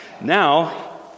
Now